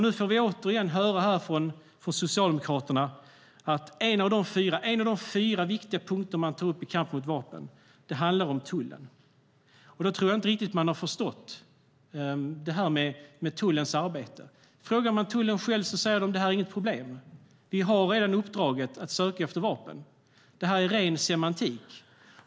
Nu får vi återigen från Socialdemokraterna höra att en av de fyra viktiga punkterna i kampen mot vapen handlar om tullen. Då tror jag inte riktigt att man har förstått tullens arbete. Frågar man tullen säger de att detta inte är något problem, för man har redan uppdraget att söka efter vapen. Det här är ren semantik!